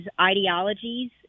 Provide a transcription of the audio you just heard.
ideologies